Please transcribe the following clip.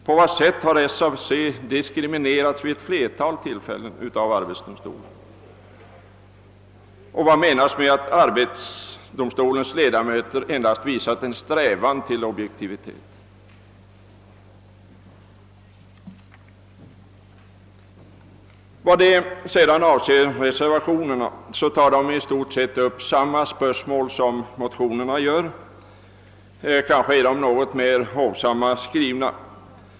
På vad sätt har SAC vid ett flertal tillfällen diskriminerats av arbetsdomstolen? Vad menas med att arbetsdomstolens ledamöter endast visat en strävan till objektivitet? I reservationerna tas i stort sett samma spörsmål upp som i motionerna, kanske är de något mer hovsamt skrivna.